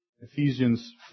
Ephesians